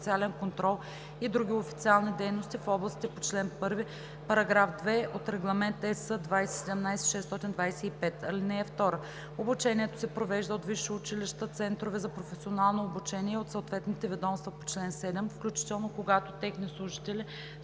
официален контрол и други официални дейности в областите по чл. 1, параграф 2 от Регламент (EС) 2017/625. (2) Обучението се провежда от висши училища, центрове за професионално обучение и от съответните ведомства по чл. 7, включително когато техни служители